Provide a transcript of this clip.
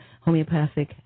homeopathic